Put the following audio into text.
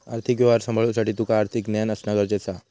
आर्थिक व्यवहार सांभाळुसाठी तुका आर्थिक ज्ञान असणा गरजेचा हा